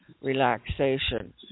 relaxation